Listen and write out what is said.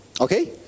Okay